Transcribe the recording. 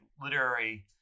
literary